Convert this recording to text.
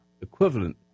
Equivalent